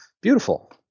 Beautiful